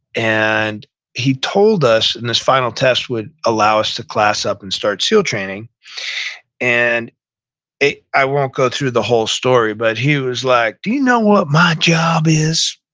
and he told us, and this final test would allow us to class up and start seal training and i won't go through the whole story, but he was like, do you know what my job is?